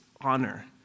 honor